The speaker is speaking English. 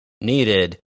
needed